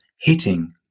hitting